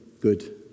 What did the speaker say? good